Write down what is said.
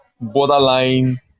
borderline